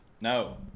no